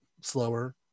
slower